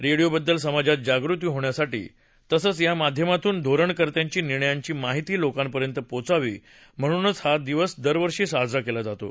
रेडिओबद्दल समाजात जागृती होण्यासाठी तसंच या माध्यमातून धोरणकर्त्यांच्या निर्णयांची माहिती लोकांपर्यंत पोचावी म्हणूनही हा दिवस दरवर्षी साजरा केला जातो